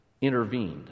intervened